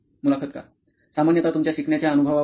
मुलाखकार सामान्यतः तुमच्या शिकण्याच्या अनुभवावरून